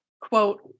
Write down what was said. quote